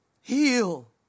Heal